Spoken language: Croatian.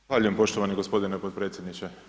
Zahvaljujem poštovani gospodine potpredsjedniče.